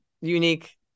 unique